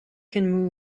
can